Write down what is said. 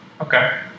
Okay